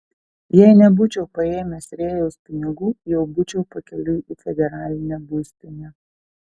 jei nebūčiau paėmęs rėjaus pinigų jau būčiau pakeliui į federalinę būstinę